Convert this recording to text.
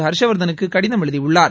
ஹர்ஷவர்தனுக்கு கடிதம் எழுதியுள்ளார்